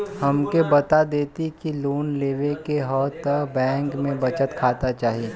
हमके बता देती की लोन लेवे के हव त बैंक में बचत खाता चाही?